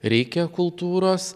reikia kultūros